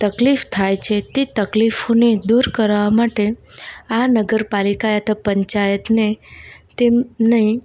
તકલીફ થાય છે તે તકલીફોને દૂર કરવા માટે આ નગરપાલિકા અથવા પંચાયતને તેમને